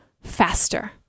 faster